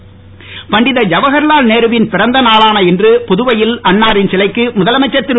நாராயணசாமி பண்டித ஜகர்லால் நேருவின் பிறந்த நாளான இன்று புதுவையில் அன்னாரின் சிலைக்கு முதலமைச்சர் திரு